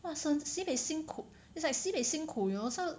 !wah! 真 sibei 辛苦 it's like sibei 辛苦 you know so